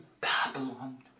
Babylon